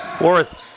Worth